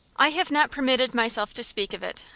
i have not permitted myself to speak of it,